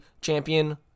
champion